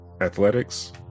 athletics